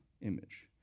image